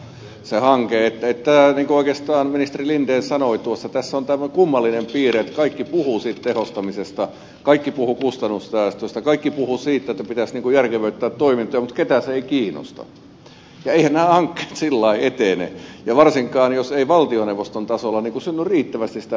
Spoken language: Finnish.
oikeastaan niin kuin ministeri linden sanoi tuossa tässä on kummallinen piirre että kaikki puhuvat siitä tehostamisesta kaikki puhuvat kustannussäästöistä kaikki puhuvat siitä että pitäisi järkevöittää toimintoja mutta ketään se ei kiinnosta ja eiväthän nämä hankkeet sillä tavalla etene ja varsinkaan jos ei valtioneuvoston tasolla synny riittävästi sitä yhteisymmärrystä